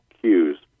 cues